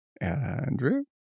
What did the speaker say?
Andrew